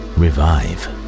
revive